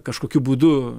kažkokiu būdu